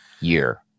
year